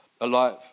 alive